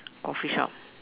coffee shop